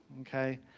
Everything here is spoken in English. okay